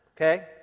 okay